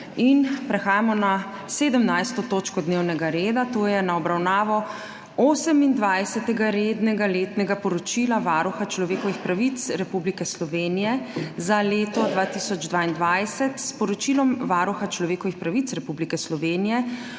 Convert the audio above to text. prekinjeno 17. točko dnevnega reda, to je z obravnavo Osemindvajsetega rednega letnega poročila Varuha človekovih pravic Republike Slovenije za leto 2022 s Poročilom Varuha človekovih pravic Republike Slovenije